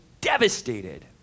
devastated